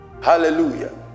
Hallelujah